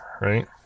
right